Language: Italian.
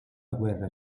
guerra